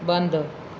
ਬੰਦ